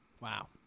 Wow